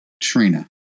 Trina